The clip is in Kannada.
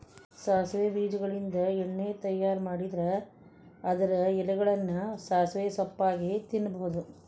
ಸಾಸವಿ ಬೇಜಗಳಿಂದ ಎಣ್ಣೆ ತಯಾರ್ ಮಾಡಿದ್ರ ಅದರ ಎಲೆಗಳನ್ನ ಸಾಸಿವೆ ಸೊಪ್ಪಾಗಿ ತಿನ್ನಬಹುದು